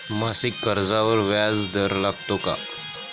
मासिक कर्जावर व्याज दर लागतो का?